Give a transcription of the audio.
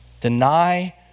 Deny